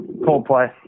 Coldplay